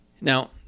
Now